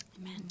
Amen